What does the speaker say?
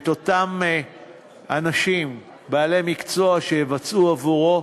את אותם אנשים בעלי מקצוע שיבצעו עבורו,